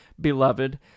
beloved